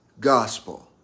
gospel